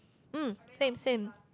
mm same same